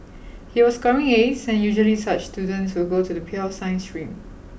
he was scoring As and usually such students will go to the pure science stream